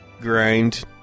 Grind